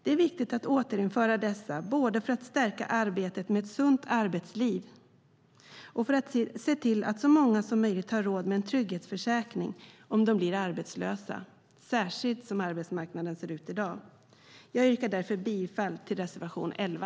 Det är viktigt att återinföra detta för arbetet med ett sunt arbetsliv och se till att så många som möjligt har råd med trygghetsförsäkring om de blir arbetslösa särskilt som arbetsmarknaden ser ut i dag. Jag yrkar därför bifall till reservation 11.